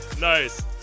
Nice